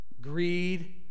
greed